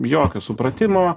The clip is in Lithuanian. jokio supratimo